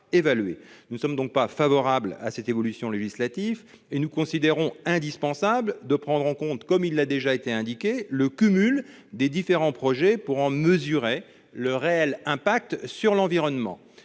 Nous ne sommes donc pas favorables à cette évolution législative, et nous considérons qu'il est indispensable de prendre en compte, comme cela a été indiqué, le cumul des différents projets pour en mesurer le réel impact sur l'environnement.